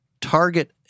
target